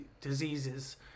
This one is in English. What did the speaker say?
diseases